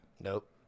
Nope